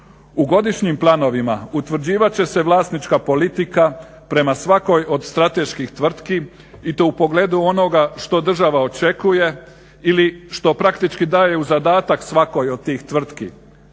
U godišnjim planovima utvrđivat će se vlasnička politika prema svakoj od strateških tvrtki i to u pogledu onoga što država očekuje ili što praktički daje u zadatak svakoj od tih tvrtki,